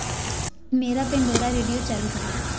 मेरा Pandora radio चालू करो